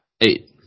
eight